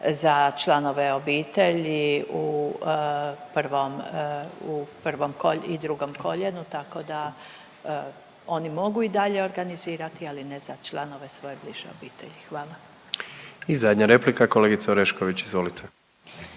za članove obitelji u prvom, u prvom kolj…, i drugom koljenu, tako da oni mogu i dalje organizirati, ali ne za članove svoje bliže obitelji, hvala. **Jandroković, Gordan (HDZ)** I zadnja replika, kolegice Orešković izvolite.